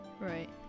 Right